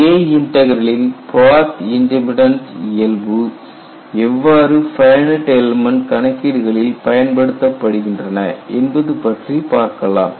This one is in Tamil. J இன்டக்ரலின் பாத் இன்டிபென்டன்ட் இயல்பு எவ்வாறு ஃபைனட் எல்மெண்ட் கணக்கீடுகளில் பயன்படுத்தப்படுகின்றன என்பது பற்றி பார்க்கலாம்